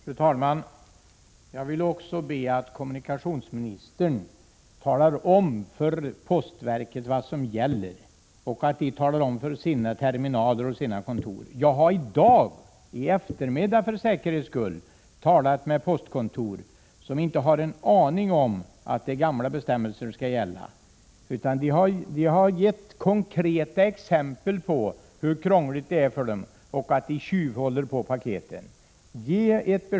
Fru talman! Jag vill också be kommunikationsministern att tala om för postverket vad som gäller, så att den informationen kan spridas till deras terminaler och kontor. Jag har i dag, i eftermiddag för säkerhets skull, talat med postkontor som inte har en aning om att det är de gamla bestämmelserna som skall gälla. De har givit konkreta exempel på hur krångligt det är för dem, och de har berättat att de tjuvhåller på paketen. Ge dem ett besked!